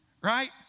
right